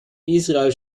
israel